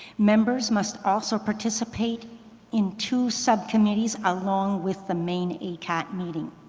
members must also participate in two subcommittees along with the main acat meeting.